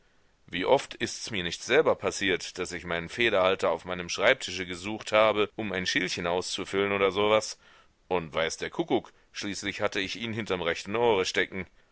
wie oft ists mir nicht selber passiert daß ich meinen federhalter auf meinem schreibtische gesucht habe um ein schildchen auszufüllen oder so was und weiß der kuckuck schließlich hatte ich ihn hinterm rechten ohre stecken